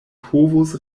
povos